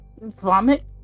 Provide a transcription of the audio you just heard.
Vomit